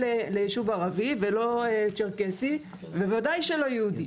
לישוב ערבי ולא צ'רקסי ובוודאי שלא יהודי.